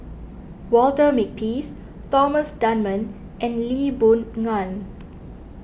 Walter Makepeace Thomas Dunman and Lee Boon Ngan